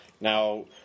Now